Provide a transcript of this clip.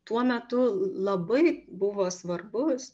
tuo metu labai buvo svarbus